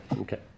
okay